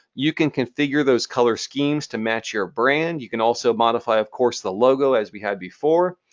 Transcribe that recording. you can configure those color schemes to match your brand. you can also modify, of course, the logo as we had before,